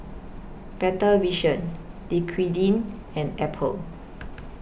Better Vision Dequadin and Apple